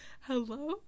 Hello